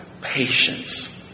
Patience